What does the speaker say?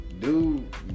dude